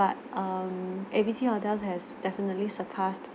but um A B C hotel has definitely surpass